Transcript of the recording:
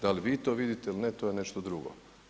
Da li vi to vidite ili ne to je nešto drugo.